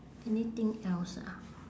anything else ah